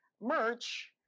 merch